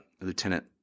Lieutenant